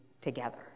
together